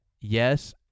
Yes